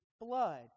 blood